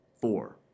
four